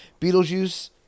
Beetlejuice